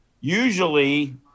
usually